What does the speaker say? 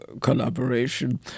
collaboration